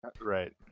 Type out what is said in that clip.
Right